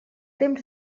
temps